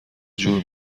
جور